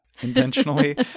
intentionally